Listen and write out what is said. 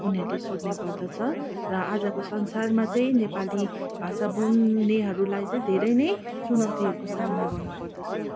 उनीहरूले सोध्ने गर्दछ र आजको संसारमा चाहिँ नेपाली भाषा बोल्नेहरूलाई चाहिँ धेरै नै चुनौतीहरूको सामना गर्नुपर्दछ